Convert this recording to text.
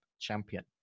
champion